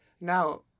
Now